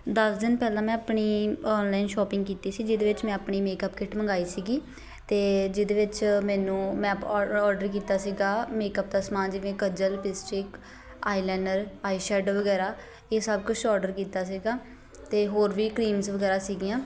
ਦਸ ਦਿਨ ਪਹਿਲਾਂ ਮੈਂ ਆਪਣੀ ਔਨਲਾਈਨ ਸ਼ੋਪਿੰਗ ਕੀਤੀ ਸੀਗੀ ਜਿਹਦੇ ਵਿੱਚ ਮੈਂ ਆਪਣੀ ਮੇਕਅੱਪ ਕਿਟ ਮੰਗਾਈ ਸੀ ਅਤੇ ਜਿਹਦੇ ਵਿੱਚ ਮੈਨੂੰ ਮੈਂ ਔਡਰ ਕੀਤਾ ਸੀ ਮੇਕਅੱਪ ਦਾ ਸਮਾਨ ਜਿਵੇਂ ਕੱਜਲ ਲਿਪਸਟਿਕ ਆਈਲੈਂਨਰ ਆਈ ਸ਼ੈਡੋ ਵਗੈਰਾ ਇਹ ਸਭ ਕੁਛ ਔਡਰ ਕੀਤਾ ਸੀ ਅਤੇ ਹੋਰ ਵੀ ਕ੍ਰੀਮਸ ਵਗੈਰਾ ਸੀਗੀਆਂ